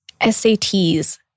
SATs